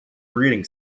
breeding